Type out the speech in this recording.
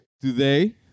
Today